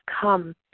come